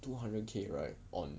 two hundred K right on